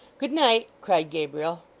good night cried gabriel.